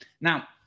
Now